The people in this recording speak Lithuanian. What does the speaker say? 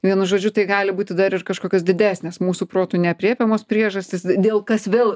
vienu žodžiu tai gali būti dar iš kažkokios didesnės mūsų protu neaprėpiamos priežastys dėl kas vėl